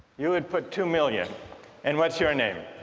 you would put two million and what's your name